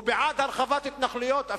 הוא בעד הרחבת התנחלויות,